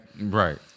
Right